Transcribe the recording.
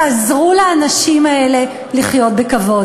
תעזרו לאנשים האלה לחיות בכבוד.